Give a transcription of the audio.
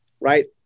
right